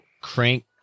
Crank